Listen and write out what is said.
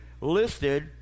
listed